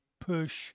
push